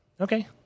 Okay